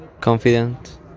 confident